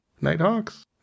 Nighthawks